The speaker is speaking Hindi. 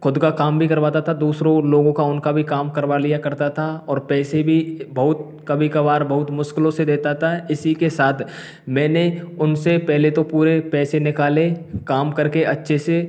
खुद का काम भी करवाता था दूसरों लोगों उनका भी काम करवा लिया करता था और पैसे भी बहुत कभी कबार बहुत मुश्किलों से देता ता इसी के साथ मैंने उनसे पहले तो पूरे पैसे निकाले काम करके अच्छे से